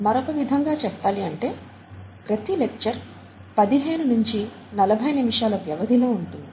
మరొక విధంగా చెప్పాలి అంటే ప్రతి లెక్చర్ పదిహేను నించి నలభై నిమిషాల వ్యవధి లో ఉంటుంది